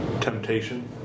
temptation